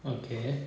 okay